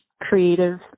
creative